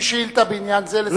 תגיש שאילתא בעניין הזה לשר הבריאות.